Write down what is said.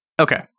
Okay